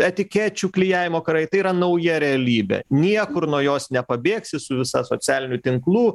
etikečių klijavimo karai tai yra nauja realybė niekur nuo jos nepabėgsi su visa socialinių tinklų